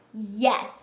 Yes